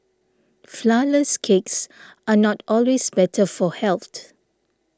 Flourless Cakes are not always better for health